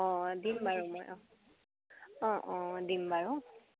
অঁ দিম বাৰু মই অঁ অঁ অঁ দিম বাৰু